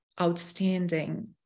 outstanding